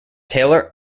taylor